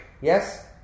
yes